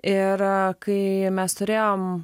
ir kai mes turėjom